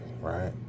right